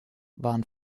waren